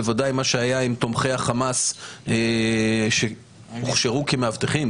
בוודאי מה שהיה עם תומכי החמאס שהוכשרו כמאבטחים,